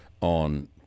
on